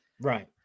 right